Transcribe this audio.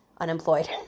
unemployed